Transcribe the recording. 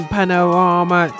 Panorama